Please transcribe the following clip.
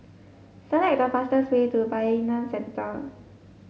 select the fastest way to Bayanihan Center